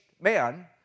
man